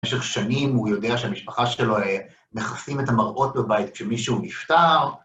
במשך שנים הוא יודע שהמשפחה שלו מחפשים את המראות בבית כשמישהו נפטר.